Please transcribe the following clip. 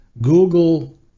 Google